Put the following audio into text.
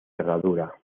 herradura